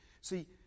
see